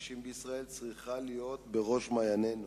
הקשישים בישראל צריכה להיות בראש מעיינינו.